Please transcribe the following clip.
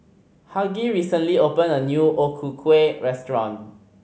Hughie recently opened a new O Ku Kueh restaurant